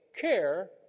care